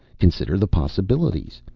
consider the possibilities!